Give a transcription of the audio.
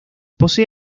posee